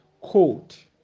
quote